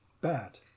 Bad